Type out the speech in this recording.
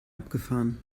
abgefahren